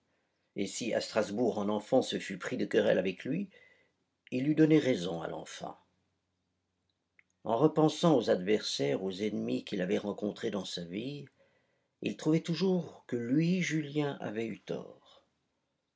et si à strasbourg un enfant se fût pris de querelle avec lui il eût donné raison à l'enfant en repensant aux adversaires aux ennemis qu'il avait rencontrés dans sa vie il trouvait toujours que lui julien avait eu tort